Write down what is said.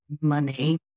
money